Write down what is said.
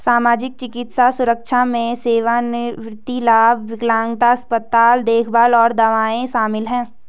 सामाजिक, चिकित्सा सुरक्षा में सेवानिवृत्ति लाभ, विकलांगता, अस्पताल देखभाल और दवाएं शामिल हैं